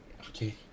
okay